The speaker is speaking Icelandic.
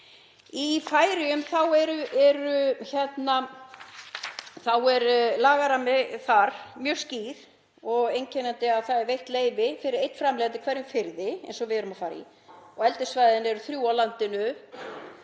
Í Færeyjum er lagaramminn mjög skýr og einkennandi að það er veitt leyfi fyrir einn framleiðanda í hverjum firði eins og við erum að fara í og eldissvæðin eru þrjú á landinu.